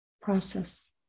process